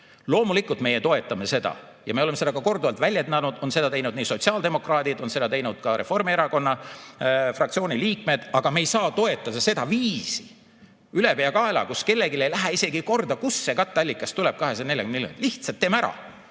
Loomulikult meie toetame seda. Me oleme seda korduvalt väljendanud, on seda teinud sotsiaaldemokraadid, on seda teinud ka Reformierakonna fraktsiooni liikmed. Aga me ei saa toetada seda viisi, ülepeakaela, kus kellelegi ei lähe isegi korda, kust see katteallikas tuleb, 240 miljonit. Lihtsalt teeme ära,